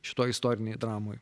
šitoj istorinėj dramoj